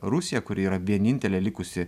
rusiją kuri yra vienintelė likusi